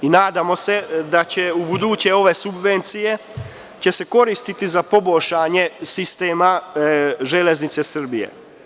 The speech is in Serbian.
Nadamo se da će se ubuduće ove subvencije koristiti za poboljšanje sistema „Železnice Srbije“